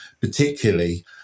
particularly